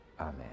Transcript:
Amen